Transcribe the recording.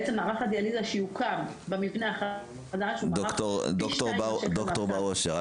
מערך הדיאליזה שיוקם במבנה החדש הוא מערך פי שניים --- ד"ר בר אושר,